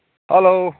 hello